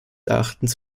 erachtens